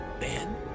Man